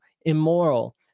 immoral